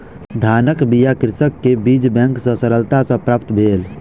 धानक बीया कृषक के बीज बैंक सॅ सरलता सॅ प्राप्त भेल